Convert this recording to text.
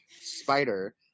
spider